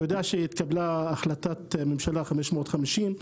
אתה יודע שהתקבלה החלטת ממשלה 550,